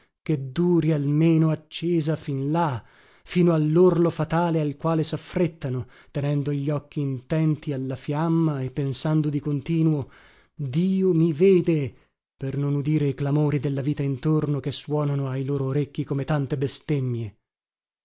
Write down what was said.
ché duri almeno accesa fin là fino allorlo fatale al quale saffrettano tenendo gli occhi intenti alla fiamma e pensando di continuo dio mi vede per non udire i clamori della vita intorno che suonano ai loro orecchi come tante bestemmie